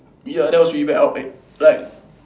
ya that was really back out then like